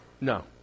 No